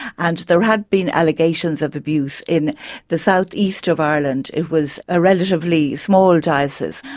and there had been allegations of abuse in the south east of ireland. it was a relatively small diocese,